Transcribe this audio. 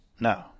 No